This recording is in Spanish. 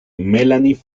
melanie